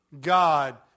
God